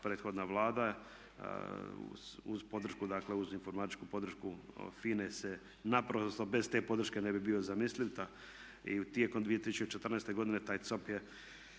prethodna Vlada uz podršku, informatičku podršku FINA-e naprosto bez te podrške ne bi bio zamisliv i tijekom 2014. godine taj COP je